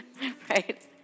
Right